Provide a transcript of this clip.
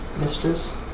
Mistress